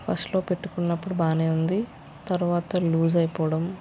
ఫస్ట్లో పెట్టుకున్నప్పుడు బాగా ఉంది తరువాత లూజ్ అయిపోవడం